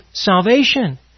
salvation